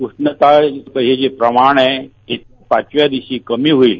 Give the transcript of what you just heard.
उष्णतेचं जे प्रमाण आहे ते पाचव्या दिवशी कमी होईल